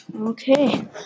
Okay